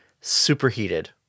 superheated